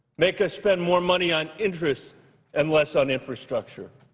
make us spend more money on interest and less on infrastructure,